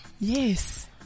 Yes